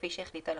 כפי שהחליט הלקוח".